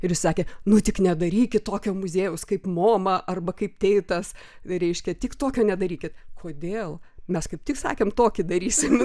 ir jis sakė nu tik nedarykit tokio muziejaus kaip moma arba kaip teitas reiškia tik tokio nedarykit kodėl mes kaip tik sakėm tokį darysim